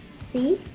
see?